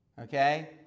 Okay